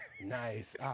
Nice